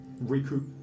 recoup